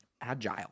agile